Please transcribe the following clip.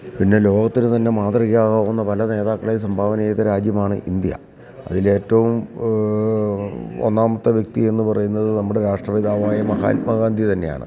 പിന്നെ ലോകത്തിനു തന്നെ മാതൃകയാകാവുന്ന പല നേതാക്കളെയും സംഭാവന ചെയ്ത രാജ്യമാണ് ഇന്ത്യ അതിലേറ്റവും ഒന്നാമത്തെ വ്യക്തിയെന്നു പറയുന്നത് നമ്മുടെ രാഷ്ട്രപിതാവായ മഹാത്മാഗാന്ധി തന്നെയാണ്